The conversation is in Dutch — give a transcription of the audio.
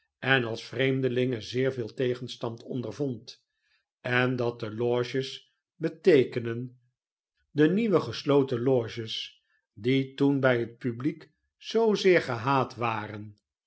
en als vreemdelinge zeer veel tegenstand ondervond en dat de loges beteekenen de nieuwe gesloten loges die toen bij het publiek zoozeer gehaat waren